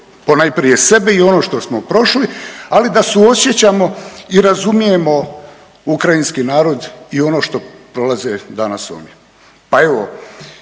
ponajprije sebe i ono što smo prošli, ali da suosjećamo i razumijemo ukrajinski narod i ono što prolaze danas oni. Pa evo